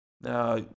Now